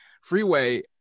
Freeway